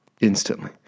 instantly